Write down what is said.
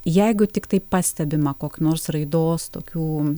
jeigu tiktai pastebima kokių nors raidos tokių